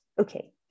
Okay